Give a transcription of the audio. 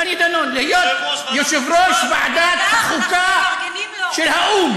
דני דנון להיות יושב-ראש ועדת החוקה של האו"ם.